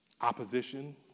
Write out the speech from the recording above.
opposition